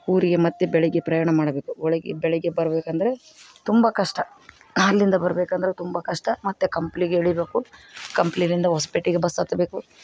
ಊರಿಗೆ ಮತ್ತು ಬೆಳಗ್ಗೆ ಪ್ರಯಾಣ ಮಾಡಬೇಕು ಒಳಗೆ ಬೆಳಗ್ಗೆ ಬರಬೇಕೆಂದರೆ ತುಂಬ ಕಷ್ಟ ಅಲ್ಲಿಂದ ಬರಬೇಕಂದ್ರೆ ತುಂಬ ಕಷ್ಟ ಮತ್ತು ಕಂಪ್ಲಿಗೆ ಇಳಿಬೇಕು ಕಂಪ್ಲಿನಿಂದ ಹೊಸ್ಪೇಟೆಗೆ ಬಸ್ ಹತ್ಬೇಕು